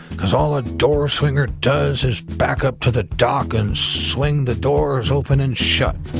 cause all a door swinger does is back up to the dock and swing the doors open and shut.